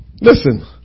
Listen